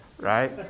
right